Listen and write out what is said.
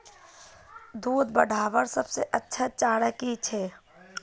दूध बढ़वार सबसे अच्छा चारा की छे?